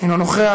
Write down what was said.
אינו נוכח,